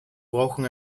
brauchen